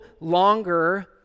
longer